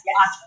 yes